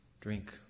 Drink